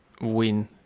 win